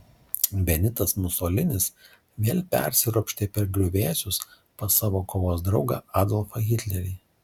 benitas musolinis vėl persiropštė per griuvėsius pas savo kovos draugą adolfą hitlerį